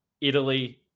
Italy